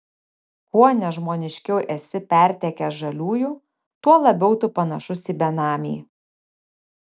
kuo nežmoniškiau esi pertekęs žaliųjų tuo labiau tu panašus į benamį